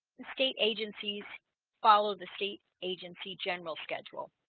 the state agencies follow the state agency general schedule